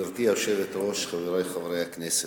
גברתי היושבת-ראש, חברי חברי הכנסת,